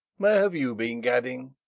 where have you been gadding?